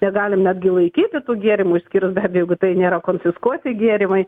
negalim netgi laikyti tų gėrimų išskyrus jeigu tai nėra konfiskuoti gėrimai